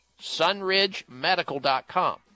sunridgemedical.com